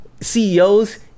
CEOs